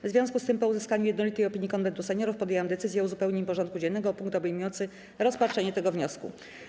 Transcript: W związku z tym, po uzyskaniu jednolitej opinii Konwentu Seniorów, podjęłam decyzję o uzupełnieniu porządku dziennego o punkt obejmujący rozpatrzenie tego wniosku.